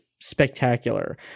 spectacular